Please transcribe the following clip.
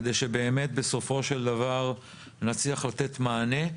כדי שבסופו של דבר נצליח לתת מענה.